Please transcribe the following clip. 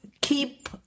keep